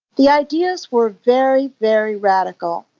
the ideas were very, very radical.